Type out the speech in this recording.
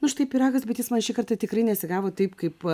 na štai pyragas bet jis man šįkart tikrai nesigavo taip kaip